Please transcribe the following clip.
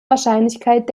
wahrscheinlichkeit